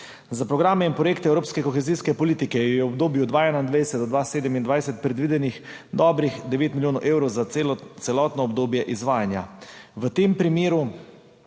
Za programe in projekte evropske kohezijske politike je v obdobju od 2021 do 2027 predvidenih dobrih 9 milijonov evrov za celotno obdobje izvajanja, v tem primeru